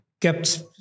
kept